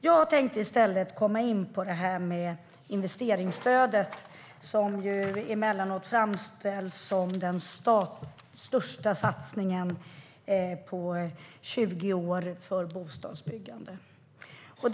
Jag tänkte komma in på investeringsstödet, som emellanåt framställs som den största satsningen på bostadsbyggande på 20 år.